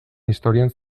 historian